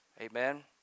Amen